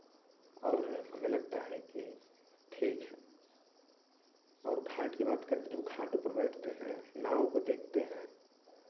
और हमें लगता है कि ठीक है और घाट की बात करते हैं जब घाटों पर बैठते हैं नावों को देखते हैं